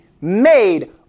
made